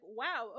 wow